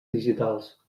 digitals